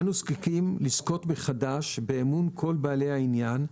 אנו זקוקים לזכות מחדש באמון כל בעלי העניין,